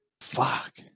Fuck